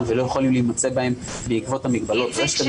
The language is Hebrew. ולא יכולים להימצא בה בעקבות המגבלות -- איציק,